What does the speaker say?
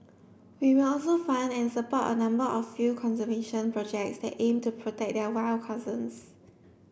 we will also fund and support a number of field conservation projects that aim to protect their wild cousins